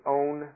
own